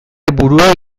buruei